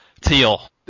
teal